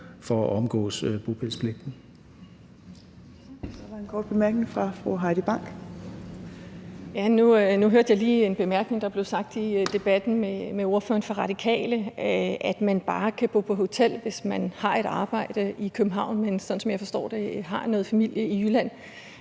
for at omgå bopælspligten.